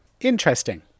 Interesting